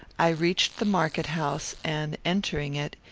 i reached the market-house, and, entering it,